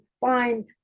find